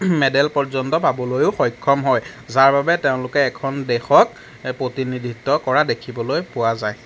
medal পৰ্যন্ত পাবলৈও সক্ষম হয় যাৰ বাবে তেওঁলোকে এখন দেশক প্ৰতিনিধিত্ব কৰা দেখিবলৈ পোৱা যায়